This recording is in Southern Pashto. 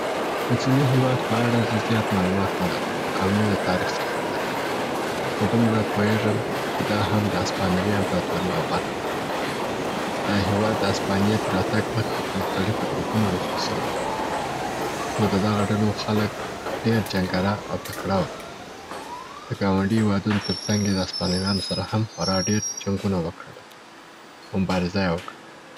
د چیلي هیواد په اړه زه زیات معلومات نه لرم او ني د تاریخ څخه خبر یم، خو دومره پوهیږم چې دا هم د هسپانوي امپراطورۍ یو برخه وه. دا هیواد د هسپانيې تر راتګ مخکي پر مختلیفو ګروپونو ویشل سوی و، نو د دغه ډلو خلګ ډېر جنګره او تکړه وه. د ګاونډۍ هیوادونو تر څنګ یې د هسپانويانو سره هم خورا ډیر جنګونه وکړله او مبارزه یې وکړه.